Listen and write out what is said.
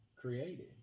created